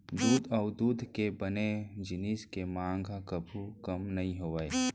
दूद अउ दूद के बने जिनिस के मांग ह कभू कम नइ होवय